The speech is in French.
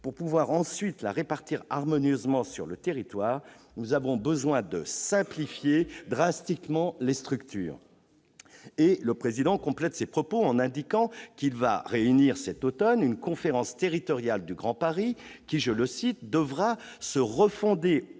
pouvoir la répartir harmonieusement sur le territoire, nous avons besoin de simplifier drastiquement les structures. » Et il complète ses propos en indiquant qu'il va réunir cet automne une conférence territoriale du Grand Paris, « qui devra se refonder